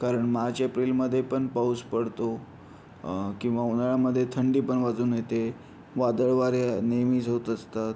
कारण मार्च एप्रिलमध्ये पण पाऊस पडतो किंवा उन्हाळ्यामध्ये थंडी पण वाजून येते वादळ वारे नेहमीच होत असतात